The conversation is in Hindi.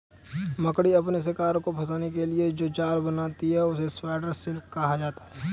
मकड़ी अपने शिकार को फंसाने के लिए जो जाल बुनती है वही स्पाइडर सिल्क कहलाता है